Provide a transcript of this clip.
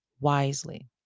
Wisely